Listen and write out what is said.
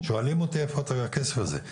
שואלים אותי איפה הכסף הזה.